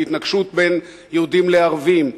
להתנגשות בין יהודים לערבים?